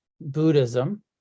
Buddhism